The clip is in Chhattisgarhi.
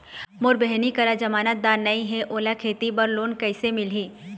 मोर बहिनी करा जमानतदार नई हे, ओला खेती बर लोन कइसे मिलही?